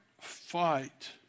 fight